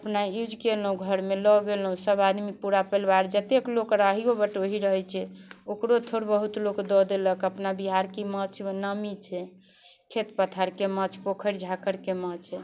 अपना यूज केलहुँ घरमे लऽ गेलहुँ सब आदमी पूरा परिवार जतेक लोक राहिऔ बटोही रहै छै ओकरो थोड़ बहुत लोक दऽ देलक अपना बिहारके माछ नामी छै खेत पथारके माछ पोखरि झाखरिके माछ